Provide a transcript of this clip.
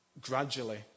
gradually